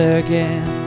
again